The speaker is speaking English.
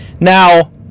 Now